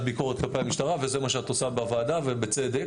ביקורת כלפי המשטרה וזה מה שאת עושה בוועדה ובצדק,